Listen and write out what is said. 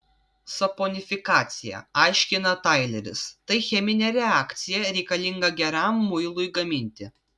saponifikacija aiškina taileris tai cheminė reakcija reikalinga geram muilui gaminti